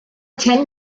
ten